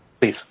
Please